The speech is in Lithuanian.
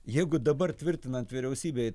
jeigu dabar tvirtinant vyriausybei